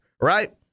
right